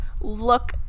look